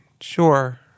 sure